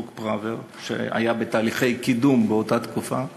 חוק פראוור, שהיה בתהליכי קידום באותה תקופה,